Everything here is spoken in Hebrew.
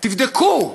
תבדקו,